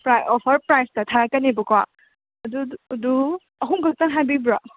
offer ꯄ꯭ꯔꯥꯏꯁꯇ ꯊꯥꯔꯛꯀꯅꯦꯕꯀꯣ ꯑꯗꯨ ꯑꯍꯨꯝ ꯈꯛꯇꯪꯍꯥꯏꯕꯤꯕ꯭ꯔꯣ